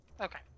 Okay